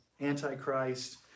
antichrist